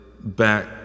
back